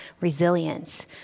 resilience